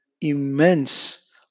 immense